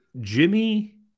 Jimmy